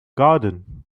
garden